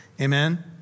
amen